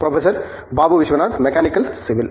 professor Babu Vishwanath mechanical civil